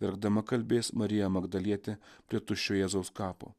verkdama kalbės marija magdalietė prie tuščio jėzaus kapo